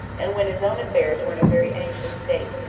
and when his own affairs were in a very anxious state.